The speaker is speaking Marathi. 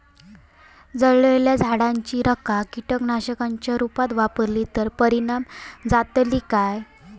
जळालेल्या झाडाची रखा कीटकनाशकांच्या रुपात वापरली तर परिणाम जातली काय?